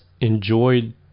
enjoyed